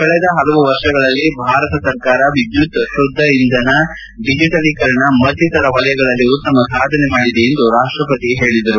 ಕಳೆದ ಹಲವು ವರ್ಷಗಳಲ್ಲಿ ಭಾರತ ಸರ್ಕಾರ ವಿದ್ಯುತ್ ಶುದ್ದ ಇಂಧನ ಡಿಜೆಟಲೀಕರಣ ಮತ್ತಿತರ ಕ್ಷೇತ್ರಗಳಲ್ಲಿ ಉತ್ತಮ ಸಾಧನೆ ಮಾಡಿದೆ ಎಂದು ರಾಷ್ಟಪತಿ ಹೇಳಿದರು